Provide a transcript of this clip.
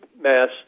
Mass